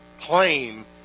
claim